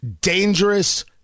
dangerous